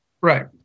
Right